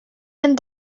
and